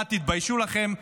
1. תתביישו לכם,